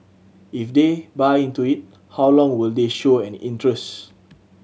if they buy into it how long will they show an interest